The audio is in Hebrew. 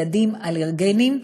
ילדים אלרגיים.